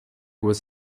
was